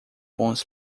bons